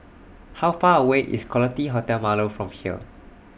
How Far away IS Quality Hotel Marlow from here